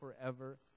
forever